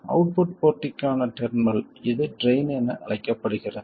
output போர்டிற்கான terminal இது drain என அழைக்கப்படுகிறது